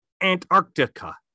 Antarctica